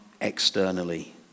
externally